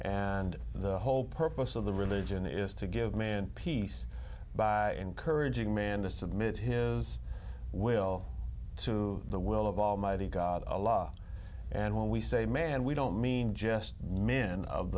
and the whole purpose of the religion is to give man peace by encouraging man to submit his will to the will of almighty god a law and when we say man we don't mean just min of